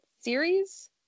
series